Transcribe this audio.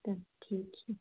तब ठीक है